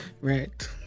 right